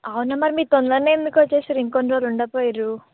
అవునా మరి మీరు తొందరగా ఎందుకు వచ్చేసారు ఇంకొన్ని రోజలు ఉండకపోయారా